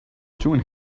doing